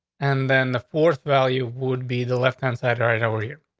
and then the fourth value would be the left hand side right over here.